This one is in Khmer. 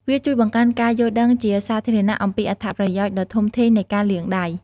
វាជួយបង្កើនការយល់ដឹងជាសាធារណៈអំពីអត្ថប្រយោជន៍ដ៏ធំធេងនៃការលាងដៃ។